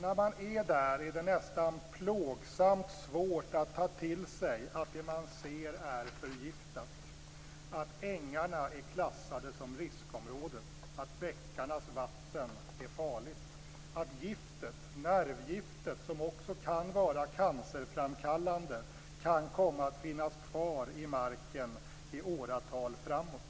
När man är där är det nästan plågsamt svårt att ta till sig att det man ser är förgiftat, att ängarna är klassade som riskområde, att bäckarnas vatten är farligt och att nervgiftet, som också kan vara cancerframkallande, kan komma att finnas kvar i marken under åratal framåt.